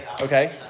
Okay